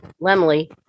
Lemley